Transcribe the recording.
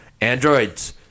Androids